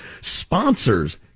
sponsors